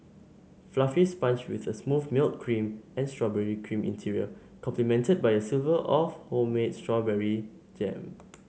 fluffy sponge with a smooth milk cream and strawberry cream interior complemented by a silver of homemade strawberry jam